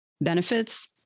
benefits